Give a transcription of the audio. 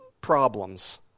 problems